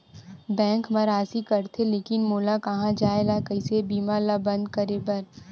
Bank मा राशि कटथे लेकिन मोला कहां जाय ला कइसे बीमा ला बंद करे बार?